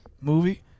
movie